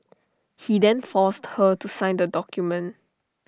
he then forced her to sign the document